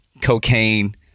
cocaine